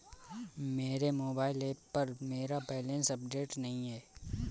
मेरे mobile app पर मेरा बैलेंस अपडेट नहीं है